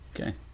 Okay